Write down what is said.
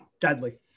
Deadly